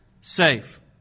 safe